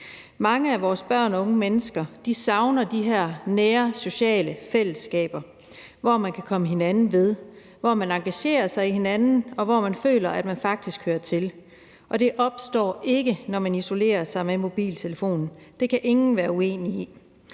Mange af vores børn og unge mennesker savner de her nære sociale fællesskaber, hvor man kan komme hinanden ved, hvor man engagerer sig i hinanden, og hvor man føler, at man faktisk hører til. Og det opstår ikke, når man isolerer sig med mobiltelefonen; det kan ingen være uenige i.